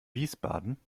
wiesbaden